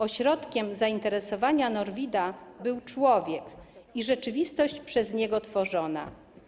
Ośrodkiem zainteresowania Norwida był człowiek i rzeczywistość przez niego tworzona.